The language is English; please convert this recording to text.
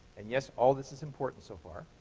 and yes, all this is important so far.